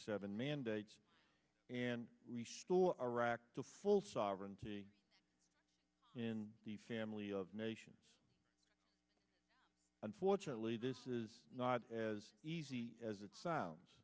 seven mandates and resource iraq to full sovereignty in the family of nations unfortunately this is not as easy as it sounds